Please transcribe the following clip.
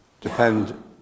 depend